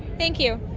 thank you.